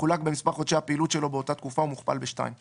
מחולק במספר חודשי הפעילות שלו באותה תקופה ומוכפל ב־2,"